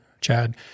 Chad